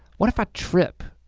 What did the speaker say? what if i trip?